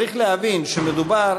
צריך להבין שמדובר